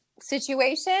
situation